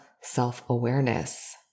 self-awareness